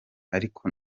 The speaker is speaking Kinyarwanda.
ariko